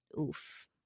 oof